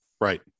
Right